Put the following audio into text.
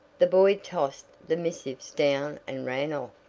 the boy tossed the missives down and ran off.